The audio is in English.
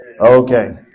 Okay